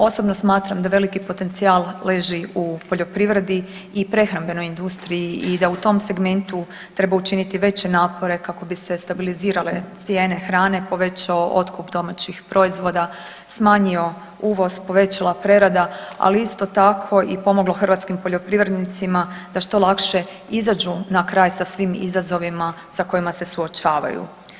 Osobno smatram da veliki potencijal leži u poljoprivredi i prehrambenoj industriji i da u tom segmentu treba učiniti veće napore kako bi se stabilizirale cijene hrane, povećao otkup domaćih proizvoda, smanjio uvoz, povećala prerada ali isto tako i pomoglo hrvatskim poljoprivrednicima da što lakše izađu na kraj sa svim izazovima sa kojima se suočavaju.